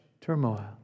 turmoil